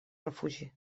refugi